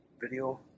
Video